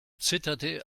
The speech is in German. zitterte